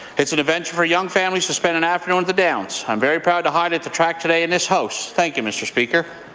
it's an event for young families to spend an afternoon at the downs. i'm very proud to highlight the track today in this house. and mr. speaker